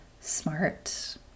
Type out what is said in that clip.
smart